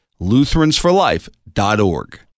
Lutheransforlife.org